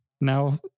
now